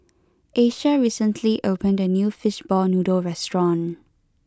Asia recently opened a new fishball noodle restaurant